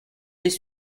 des